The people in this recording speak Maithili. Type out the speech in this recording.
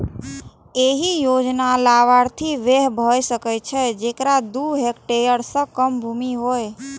एहि योजनाक लाभार्थी वैह भए सकै छै, जेकरा दू हेक्टेयर सं कम भूमि होय